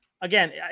Again